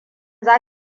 za